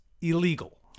illegal